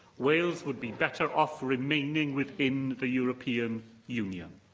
wales would be better off remaining within the european union,